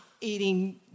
eating